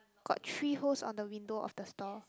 got three holes on the window of the store